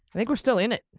i think we're still in it.